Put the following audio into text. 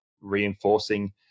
reinforcing